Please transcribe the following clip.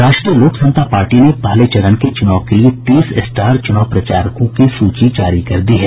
राष्ट्रीय लोक समता पार्टी ने पहले चरण के चुनाव के लिए तीस स्टार चुनाव प्रचारकों की सूची जारी कर दी है